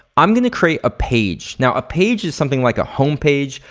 i'm gonna create a page. now a page is something like a home page,